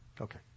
Okay